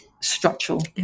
structural